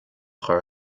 chur